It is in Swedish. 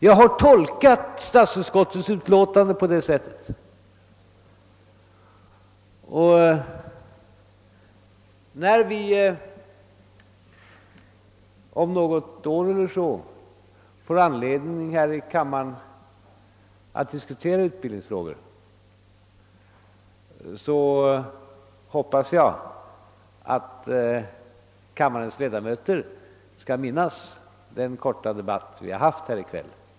Jag har tolkat statsutskottets utlåtande på det sättet, och när vi om något år eller så får anledning att här i kammaren diskutera utbildningsfrågor hoppas jag att kammarens ledamöter skall minnas den korta debatt vi fört i kväll.